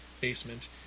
basement